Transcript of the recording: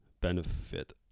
benefit